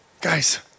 Guys